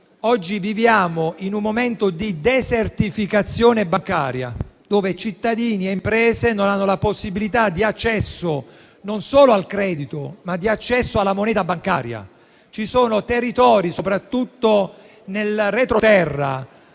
Oggi viviamo in un momento di desertificazione bancaria, dove cittadini e imprese non hanno la possibilità di accesso non solo al credito, ma anche alla moneta bancaria. Ci sono territori, soprattutto nel retroterra,